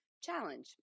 Challenge